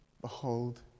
Behold